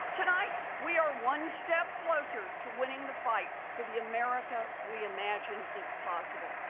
tonight, we are one step closer to winning the fight for the america we imagine as possible.